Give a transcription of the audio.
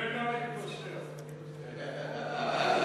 "וממנה יִוָשע" תגמור את הפסוק הזה.